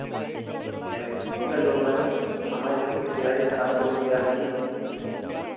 पैसे का जो मैम हमारे सभी का दिहाड़ी सात सौ रुपैया है ही है